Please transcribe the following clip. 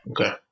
okay